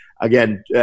Again